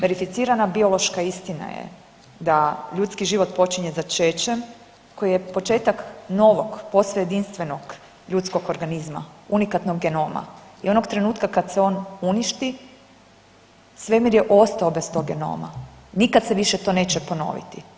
Verificirana biološka istina je da ljudski život počinje začećem koji je početak novog posve jedinstvenog ljudskog organizma, unikatnog genoma i onog trenutka kad se on uništi svemir je ostao bez tog genoma, nikad se to više neće ponoviti.